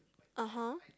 (uh huh)